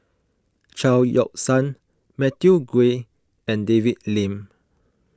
Chao Yoke San Matthew Ngui and David Lim